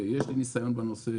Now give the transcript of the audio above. יש לי ניסיון בנושא